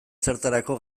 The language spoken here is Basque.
zertarako